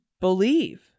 believe